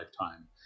lifetime